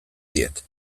diet